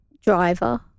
driver